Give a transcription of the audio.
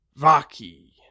Vaki